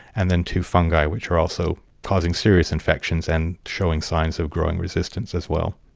and then two fungi which are also causing serious infections and showing signs of growing resistance as well.